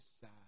sad